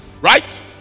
Right